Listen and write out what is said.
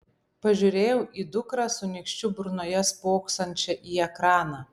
pažiūrėjau į dukrą su nykščiu burnoje spoksančią į ekraną